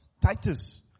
Titus